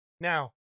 Now